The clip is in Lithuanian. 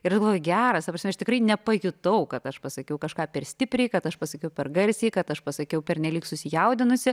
ir aš galvoju geras ta prasme aš tikrai nepajutau kad aš pasakiau kažką per stipriai kad aš pasakiau per garsiai kad aš pasakiau pernelyg susijaudinusi